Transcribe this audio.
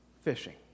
fishing